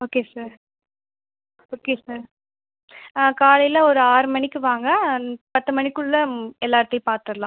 okay sir okay sir காலையில் ஒரு ஆறு மணிக்கு வாங்க அண்ட் பத்து மணிக்குள்ளே எல்லா இடத்தையும் பாத்துடலாம்